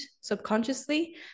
subconsciously